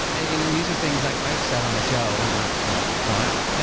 and and these are things i've said on the show. i'm not calling out.